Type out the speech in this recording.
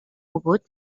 бөгөөд